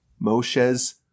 Moshe's